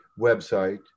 website